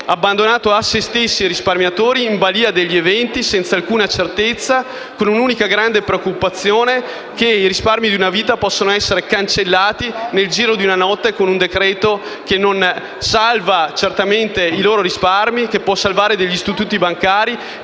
abbandonati a sé stessi, in balia degli eventi, senza alcuna certezza e con un'unica grande preoccupazione, cioè che i risparmi di una vita possano essere cancellati nel giro di una notte con un decreto-legge che non salva certamente i loro risparmi, ma che può salvare gli istituti bancari